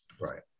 right